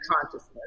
consciousness